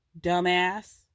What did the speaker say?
Dumbass